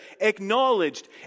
acknowledged